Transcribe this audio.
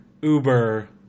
Uber